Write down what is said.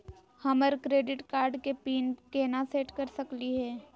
हमर credit card के pin केना सेट कर सकली हे?